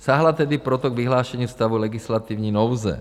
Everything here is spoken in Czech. Sáhla tedy proto k vyhlášení stavu legislativní nouze.